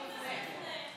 היא צודקת.